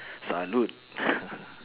salute